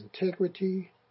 integrity